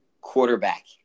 Quarterback